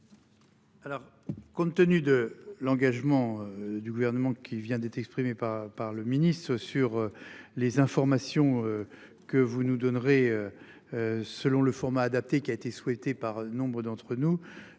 Alors compte tenu de l'engagement du gouvernement qui vient d'être exprimé pas par le ministre sur les informations. Que vous nous donnerez. Selon le format adapté qui a été souhaitée par nombre d'entre nous.